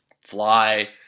Fly